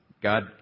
God